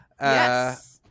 Yes